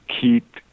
keep